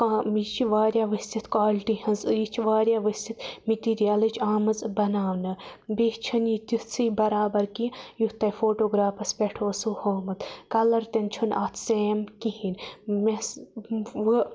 یہِ چھِ واریاہ ؤسِتھ کالٹی ہِنٛز یہِ چھِ واریاہ ؤسِتھ میٹیٖریَلٕچ آمٕژ بَناونہٕ بیٚیہِ چھَنہٕ یہِ تیٚژھٕے بَرابَر کینٛہہ یُتھ تۄہہِ فوٹوگرافَس پٮ۪ٹھ اوسوٕ ہومُت کَلَر تِن چھُنہٕ اتھ سیم کِہیٖنۍ مےٚ